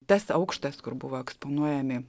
tas aukštas kur buvo eksponuojami